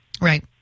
Right